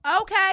Okay